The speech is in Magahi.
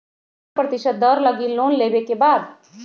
कितना प्रतिशत दर लगी लोन लेबे के बाद?